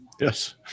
Yes